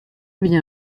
bien